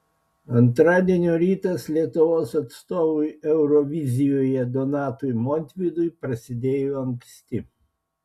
antradienio rytas lietuvos atstovui eurovizijoje donatui montvydui prasidėjo anksti